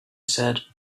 said